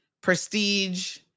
prestige